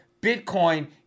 Bitcoin